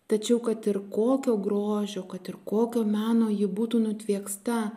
tačiau kad ir kokio grožio kad ir kokio meno ji būtų nutvieksta